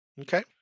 Okay